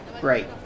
Great